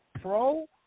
pro